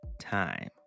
time